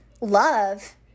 Love